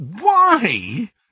Why